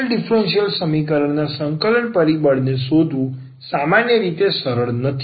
આપેલા ડીફરન્સીયલ સમીકરણ ના સંકલન પરિબળને શોધવું સામાન્ય રીતે સરળ નથી